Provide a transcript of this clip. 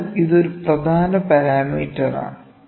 അതിനാൽ ഇത് ഒരു പ്രധാന പാരാമീറ്ററാണ്